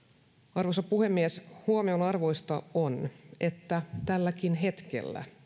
arvoisa puhemies huomionarvoista on että tälläkin hetkellä